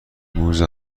موزه